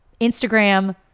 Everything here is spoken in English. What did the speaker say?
Instagram